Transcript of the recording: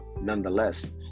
nonetheless